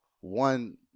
one